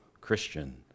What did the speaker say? Christian